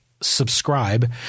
subscribe